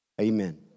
Amen